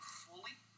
fully